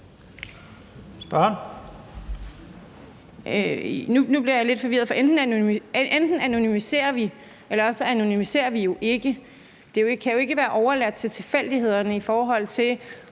Nu bliver jeg lidt forvirret, for enten anonymiserer vi, eller også anonymiserer vi jo ikke. Det kan jo ikke være overladt til tilfældigheder, i forhold til